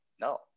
No